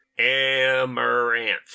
Amaranth